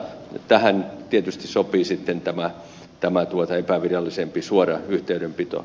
tähän tietysti sopii sitten tämä epävirallisempi suora yhteydenpito